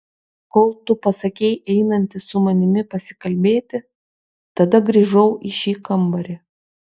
kol tu pasakei einantis su manimi pasikalbėti tada grįžau į šį kambarį